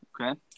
Okay